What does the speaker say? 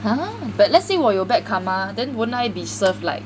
!huh! but let's say 我有 bad karma then won't I be served like